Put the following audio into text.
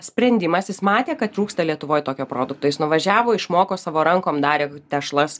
sprendimas jis matė kad trūksta lietuvoj tokio produkto jis nuvažiavo išmoko savo rankom darė tešlas